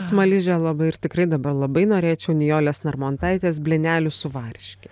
smaližė labai ir tikrai dabar labai norėčiau nijolės narmontaitės blynelių su varške